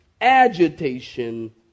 agitation